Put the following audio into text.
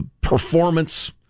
performance